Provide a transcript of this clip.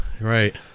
Right